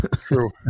True